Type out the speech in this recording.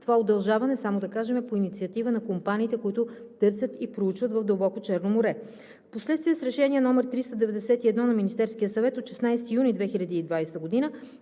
Това удължаване, само да кажем, е по инициатива на компаниите, които търсят и проучват в дълбоко Черно море. Впоследствие с Решение № 391 на Министерския съвет от 16 юни 2020 г.